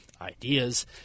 ideas